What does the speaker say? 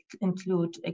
include